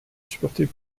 supportait